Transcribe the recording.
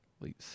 late